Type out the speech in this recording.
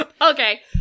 Okay